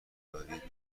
دارید